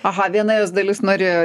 aha viena jos dalis norėjo